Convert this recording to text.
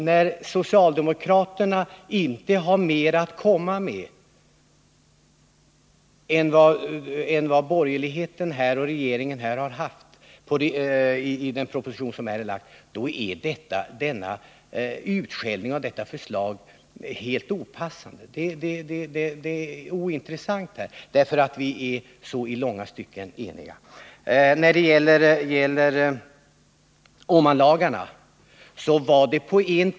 När socialdemokraterna i stort är överens med borgerligheten och regeringen finner jag s-sidans utskällning av regeringsförslaget opassande.